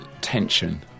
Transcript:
tension